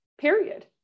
period